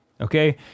Okay